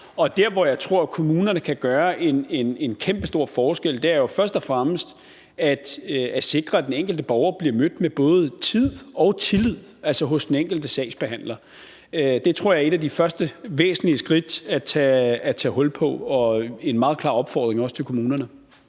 Der, hvor jeg tror at kommunerne kan gøre en kæmpestor forskel, er jo først og fremmest ved at sikre, at den enkelte borger bliver mødt med både tid og tillid, altså hos den enkelte sagsbehandler. Det tror jeg er et af de første væsentlige skridt at tage hul på og er også en meget klar opfordring til kommunerne.